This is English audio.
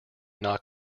not